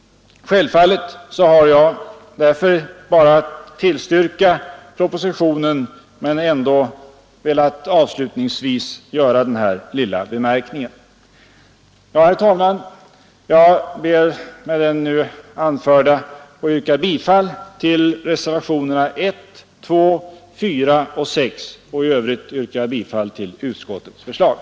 Självfallet har jag därför bara att tillstyrka propositionen, men jag har ändå avslutningsvis velat göra den här lilla bemärkningen. Herr talman! Jag ber att med det nu anförda få yrka bifall till reservationerna 1, 2, 4 och 6. I övrigt yrkar jag bifall till utskottets hemställan.